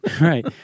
Right